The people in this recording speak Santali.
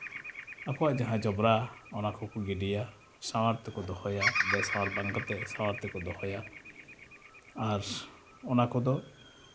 ᱟᱠᱚᱣᱟ ᱡᱟᱦᱟᱸ ᱡᱚᱵᱽᱨᱟ ᱚᱱᱟ ᱠᱚᱠᱚ ᱜᱤᱰᱤᱭᱟ ᱥᱟᱶᱟᱨ ᱛᱮᱠᱚ ᱫᱚᱦᱚᱭᱟ ᱵᱮᱼᱥᱟᱶᱟᱨ ᱵᱟᱝ ᱠᱟᱛᱮ ᱥᱟᱶᱟᱨ ᱛᱮᱠᱚ ᱫᱚᱦᱚᱭᱟ ᱟᱨ ᱚᱱᱟ ᱠᱚᱫᱚ